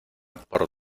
por